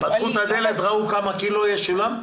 פתחו את הדלת, ראו כמה קילוגרמים יש וכך זה שולם?